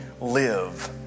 live